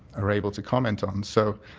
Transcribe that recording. are able to comment on. so,